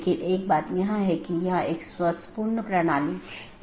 संदेश भेजे जाने के बाद BGP ट्रांसपोर्ट कनेक्शन बंद हो जाता है